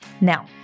Now